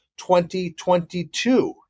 2022